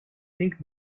link